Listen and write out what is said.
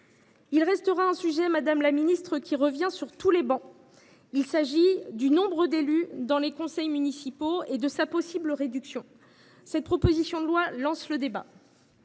Il restera un sujet à traiter, madame la ministre, qui est évoqué sur toutes les travées : il s’agit du nombre d’élus dans les conseils municipaux et de sa possible réduction. Cette proposition de loi lance le débat